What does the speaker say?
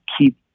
keep